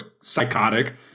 psychotic